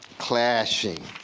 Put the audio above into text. clashing